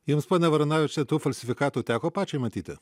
jums ponia varanavičiene tų falsifikatų teko pačiai matyti